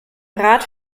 rat